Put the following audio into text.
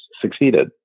succeeded